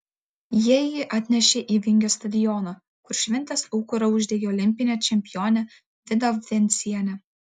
jie jį atnešė į vingio stadioną kur šventės aukurą uždegė olimpinė čempionė vida vencienė